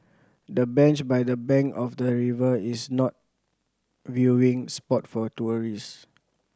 the bench by the bank of the river is not viewing spot for tourists